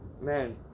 man